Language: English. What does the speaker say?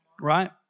right